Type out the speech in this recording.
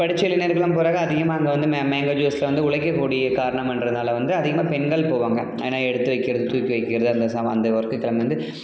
படித்த இளைஞர்கள்லாம் போகிறாங்க அதிகமாக அங்கே வந்து மே மேங்கோ ஜூஸ் வந்து உழைக்கக்கூடிய காரணம் என்பதனால வந்து அதிகமாக பெண்கள் போவாங்க ஏன்னால் எடுத்து வைக்கிறது தூக்கி வைக்கிறது அந்த சாமான்கள் அந்த ஒர்க்குக்கு அங்கே வந்து